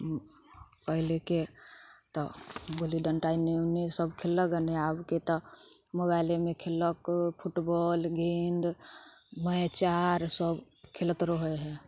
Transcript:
पहिलके तऽ गुल्ली डँटा एने ओने सभ खेललक आबके तऽ मोबाइले मे खेललक फुटबॉल गेन्द मैच आर सभ खेलैत रहै हइ